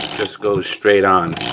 just goes straight on.